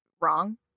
wrong